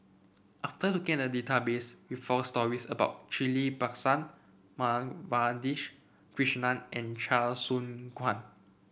after looking a look at the database we found stories about Ghillie Bassan Madhavi Krishnan and Chia Choo Kuan